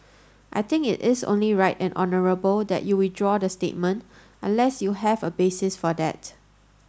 I think it is only right and honourable that you withdraw the statement unless you have a basis for that